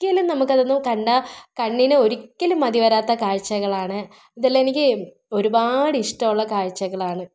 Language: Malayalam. ഒരിക്കലും നമുക്ക് അതൊന്ന് കണ്ടാൽ കണ്ണിന് ഒരിക്കലും മതി വരാത്ത കാഴ്ചകളാണ് ഇതെല്ലാം എനിക്ക് ഒരുപാട് ഇഷ്ടമുള്ള കാഴ്ചകളാണ്